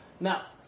Now